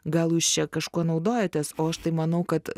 gal jūs čia kažkuo naudojatės o aš tai manau kad